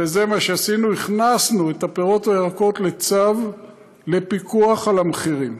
וזה מה שעשינו: הכנסנו את הפירות והירקות לצו לפיקוח על המחירים,